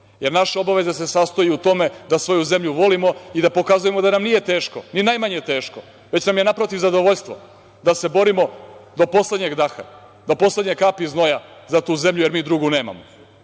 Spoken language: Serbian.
jer naše obaveze se sastoje u tome da svoju zemlju volimo i da pokazujemo da nam nije teško, ni najmanje teško, već nam je, naprotiv, zadovoljstvo da se borimo do poslednjeg daha, do poslednje kapi znoja za tu zemlju, jer mi drugu nemamo. Na